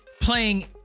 playing